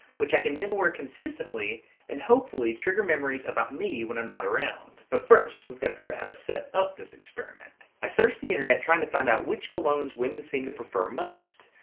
which i can then wear consistently and hopefully trigger memories about me when i'm not around. but first we've got to figure out how to set up this experiment. i searched the internet trying to find out which colognes women seem to prefer most.